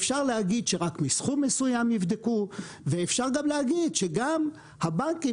אפשר להגיד שרק מסכום מסוים יבדקו ואפשר גם להגיד שגם הבנקים